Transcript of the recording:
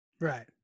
Right